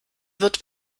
wird